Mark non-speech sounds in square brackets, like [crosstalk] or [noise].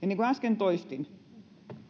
[unintelligible] niin kuin äsken toistin